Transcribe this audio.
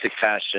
fashion